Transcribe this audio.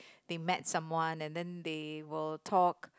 they met someone and then they will talk